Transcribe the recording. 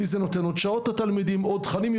לי זה נותן עוד שעות לתלמידים, עוד תכנים.